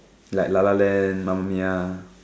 like lah lah land Mamma Mia